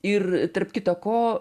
ir tarp kita ko